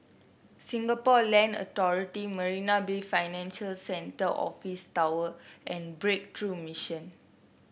Singapore Land Authority Marina Bay Financial Centre Office Tower and Breakthrough Mission